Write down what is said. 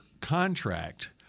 contract